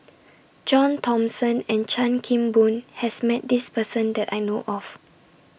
John Thomson and Chan Kim Boon has Met This Person that I know of